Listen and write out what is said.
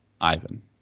Ivan